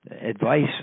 advice